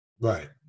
Right